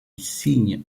signe